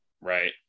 right